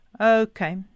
Okay